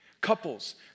Couples